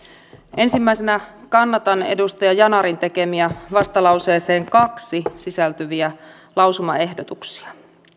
ensimmäisenä kannatan edustaja yanarin tekemiä vastalauseeseen kaksi sisältyviä lausumaehdotuksia